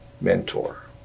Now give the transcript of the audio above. mentor